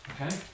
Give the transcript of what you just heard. okay